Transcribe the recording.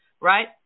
right